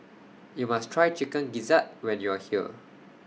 YOU must Try Chicken Gizzard when YOU Are here